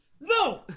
No